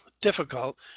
difficult